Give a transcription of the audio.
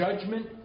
judgment